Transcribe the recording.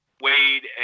Wade